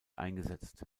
eingesetzt